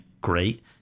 great